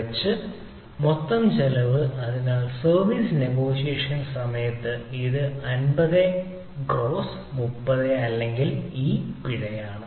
മൊത്തം ചെലവ് അതിനാൽ സർവീസ് നെഗോഷിയേഷൻ സമയത്ത് ഇത് ഡോളർ 50 ക്രോസ് 30 അല്ലെങ്കിൽ ഈ പിഴയാണ്